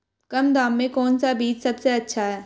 कम दाम में कौन सा बीज सबसे अच्छा है?